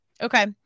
Okay